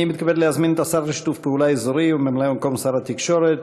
אני מתכבד להזמין את השר לשיתוף פעולה אזורי וממלא מקום שר התקשורת,